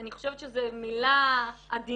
אני חושבת שזו מילה עדינה,